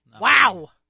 Wow